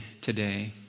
today